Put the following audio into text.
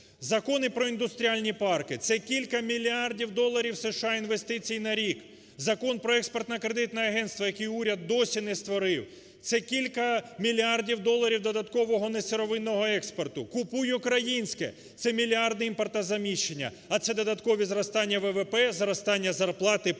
Закони про індустріальні парки – це кілька мільярдів доларів США інвестицій на рік. Закон про Експортно-кредитне агентство, яке уряд досі не створив. Це кілька мільярдів доларів додаткового несировинного експорту. "Купуй українське" – це мільярд імпортозаміщення. А це додаткові зростання ВВП, зростання зарплат і